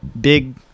big